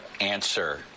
answer